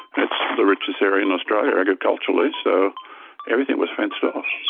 it's the richest area in australia agriculturally, so everything was fenced off.